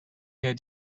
herr